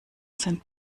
sind